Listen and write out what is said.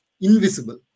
invisible